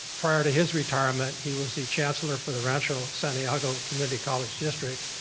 prior to his retirement he was a chancellor for the rancho santiago community college district.